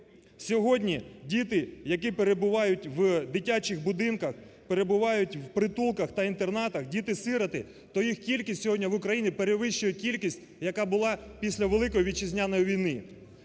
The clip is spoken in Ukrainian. сьогодні діти, які перебувають в дитячих будинках, перебувають в притулках та інтернатах, діти-сироти, то їх кількість сьогодні в Україні перевищує кількість, яка була після Великої Вітчизняної війни.